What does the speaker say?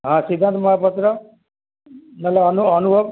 ହଁ ସିଦ୍ଧାନ୍ତ ମହାପାତ୍ର ନହେଲେ ଅନୁ ଅନୁଭବ